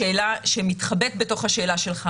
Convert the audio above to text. השאלה שמתחבאת בתוך השאלה שלך,